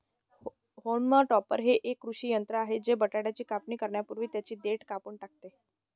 haulm topper हे एक कृषी यंत्र आहे जे बटाट्याची कापणी करण्यापूर्वी त्यांची देठ कापून टाकते